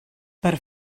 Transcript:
per